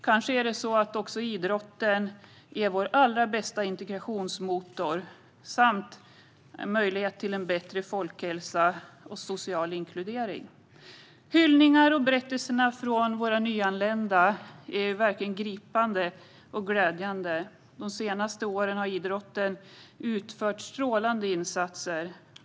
Kanske är idrotten vår allra bästa integrationsmotor och en möjlighet till bättre folkhälsa och social inkludering. Hyllningarna och berättelserna från våra nyanlända är verkligen gripande och glädjande. De senaste åren har idrotten utfört strålande insatser.